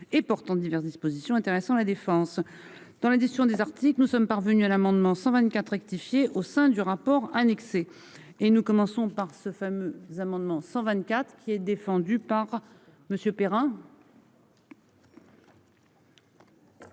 et portant diverses dispositions intéressant la défense dans l'édition des articles nous sommes parvenus à l'amendement 124 rectifié au sein du rapport annexé. Et nous commençons par ce fameux amendement 124 qui est défendue par monsieur Perrin.